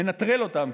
מנטרל אותם,